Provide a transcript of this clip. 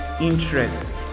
interests